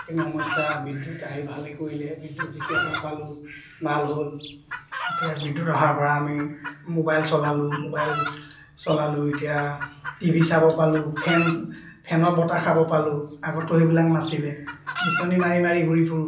সেইখিনি সমস্যা বিদ্যুৎ আহি ভালে কৰিলে বিদ্যুৎ যেতিয়া পৰা পালোঁ ভাল হ'ল এতিয়া বিদ্যুৎ অহাৰ পৰা আমি মোবাইল চলালোঁ মোবাইল চলালোঁ এতিয়া টিভি চাব পালোঁ ফেন ফেনৰ বতাহ খাব পালোঁ আগততো সেইবিলাক নাছিলে বিচনী মাৰি মাৰি ঘূৰি ফুৰোঁ